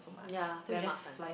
ya very 麻烦